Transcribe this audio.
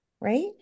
Right